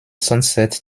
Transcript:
sunset